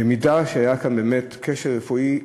במידה שהיה כאן באמת כשל רפואי,